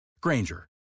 Granger